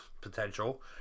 potential